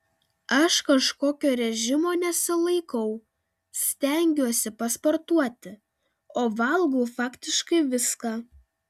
aš kažkokio režimo nesilaikau stengiuosi pasportuoti o valgau faktiškai viską